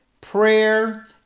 prayer